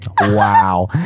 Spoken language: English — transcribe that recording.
wow